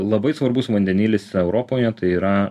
labai svarbus vandenilis europoje tai yra